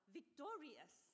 victorious